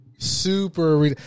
Super